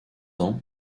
ans